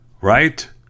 right